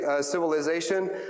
civilization